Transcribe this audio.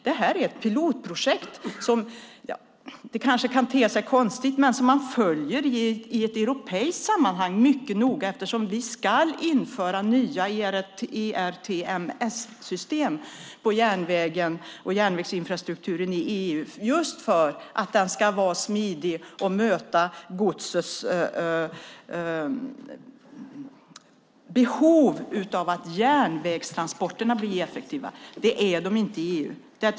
Detta är ett pilotprojekt som, vilket kan te sig konstigt, man följer i ett europeiskt sammanhang mycket noga eftersom vi ska införa nya ERTMS-system på järnvägen och järnvägsinfrastrukturen i EU just för att det ska vara smidigt och tillmötesgå godstrafikens behov av att järnvägstransporterna blir effektiva. Det är de inte i EU.